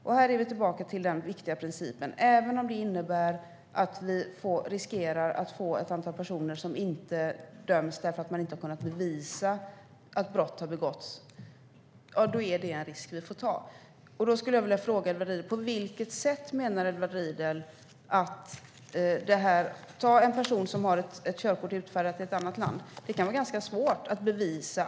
Vi kommer tillbaka till denna viktiga princip även om det innebär att vi riskerar att få ett antal personer som inte döms därför att man inte har kunnat bevisa att brott har begåtts. Det är en risk vi får ta. Jag skulle vilja fråga Edward Riedl: Hur menar han att man ska göra med detta? Låt oss ta en person som har ett körkort utfärdat i ett annat land. Då kan det vara ganska svårt att bevisa.